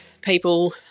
people